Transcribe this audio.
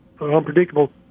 unpredictable